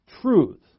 Truth